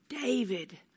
David